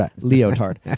leotard